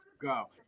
go